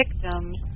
victims